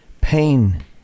pain